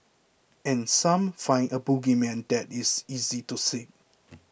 and some find a bogeyman that is easy to seek